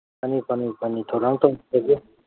ꯐꯅꯤ ꯐꯅꯤ ꯐꯅꯤ ꯊꯧꯔꯥꯡ ꯇꯧꯖꯒꯦ